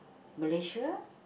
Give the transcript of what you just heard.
Malaysia